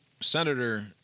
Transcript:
Senator